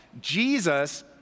Jesus